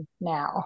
now